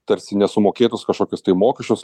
tarsi nesumokėtus kažkokius mokesčius